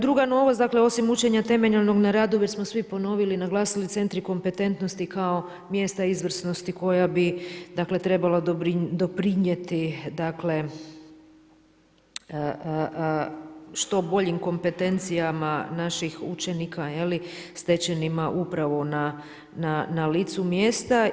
Druga novost, dakle osim učenja temeljenog na radu već smo svi ponovili, naglasili centri kompetentnosti kao mjesta izvrsnosti koja bi, dakle trebala doprinijeti, dakle što boljim kompetencijama naših učenika stečenima upravo na licu mjesta.